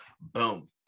Boom